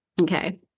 Okay